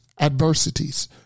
adversities